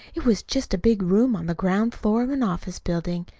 it was just a big room on the ground floor of an office building.